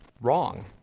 wrong